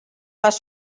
las